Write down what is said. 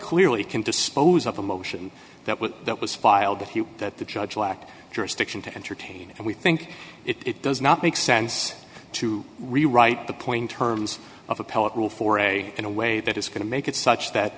clearly can dispose of the motion that was that was filed a few that the judge lacked jurisdiction to entertain and we think it does not make sense to rewrite the point terms of appellate rule for a in a way that is going to make it such that